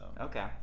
Okay